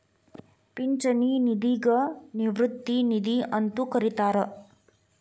ಪಿಂಚಣಿ ನಿಧಿಗ ನಿವೃತ್ತಿ ನಿಧಿ ಅಂತೂ ಕರಿತಾರ